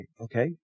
okay